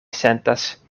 sentas